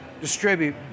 distribute